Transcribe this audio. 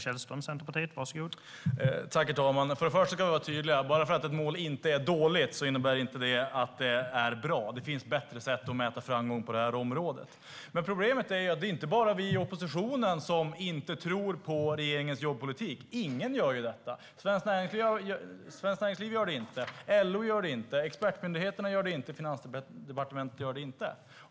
Herr talman! Först och främst ska vi vara tydliga med att bara för att ett mål inte är dåligt innebär det inte att det är bra. Det finns bättre sätt att mäta framgång på det här området. Problemet är att det inte bara är vi i oppositionen som inte tror på regeringens jobbpolitik. Ingen gör det. Svenskt Näringsliv gör det inte, LO gör det inte, expertmyndigheterna gör det inte och Finansdepartementet gör det inte.